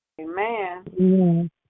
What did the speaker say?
Amen